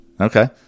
Okay